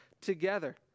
together